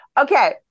Okay